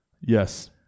Yes